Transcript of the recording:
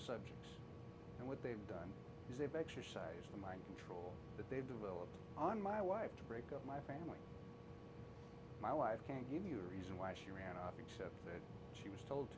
subjects and what they've done is they've exercised the mind that they've developed on my wife to break up my family my wife can't give you a reason why she ran off except that she was told